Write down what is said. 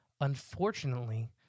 Unfortunately